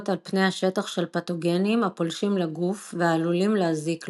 על-פני השטח של פתוגנים הפולשים לגוף והעלולים להזיק לו.